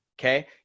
okay